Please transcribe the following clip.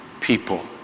people